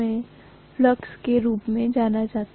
जो remnant flux के रूप में जाना जाता है